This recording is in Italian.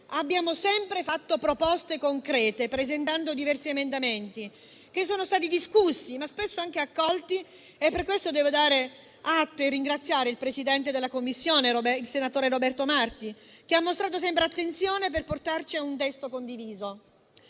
Abbiamo sempre fatto proposte concrete, presentando diversi emendamenti che sono stati discussi, ma spesso anche accolti. Per questo devo ringraziare il presidente della Commissione, senatore Roberto Marti, che ha mostrato sempre attenzione per portarci ad un testo condiviso,